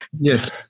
Yes